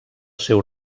seu